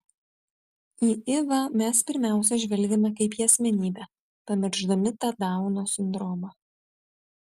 į ivą mes pirmiausia žvelgiame kaip į asmenybę pamiršdami tą dauno sindromą